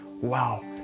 wow